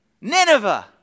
Nineveh